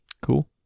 Cool